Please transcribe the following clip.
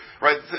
right